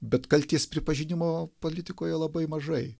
bet kaltės pripažinimo politikoje labai mažai